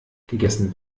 gegessen